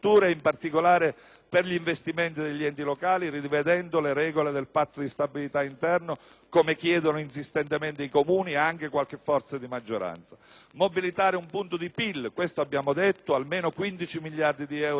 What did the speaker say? per gli investimenti degli enti locali, rivedendo le regole del Patto di stabilità interno come chiedono insistentemente i Comuni e anche qualche forza di maggioranza. Mobilitare un punto di PIL (questo abbiamo detto), almeno di 15 miliardi di euro nel 2009,